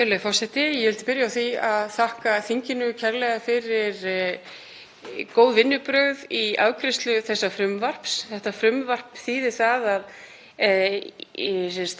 Virðulegur forseti. Ég vil byrja á því að þakka þinginu kærlega fyrir góð vinnubrögð við afgreiðslu þessa frumvarps. Þetta frumvarp þýðir að